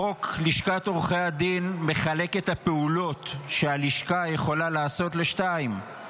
חוק לשכת עורכי הדין מחלק את הפעולות שהלשכה יכולה לעשות לשניים: